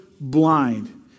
blind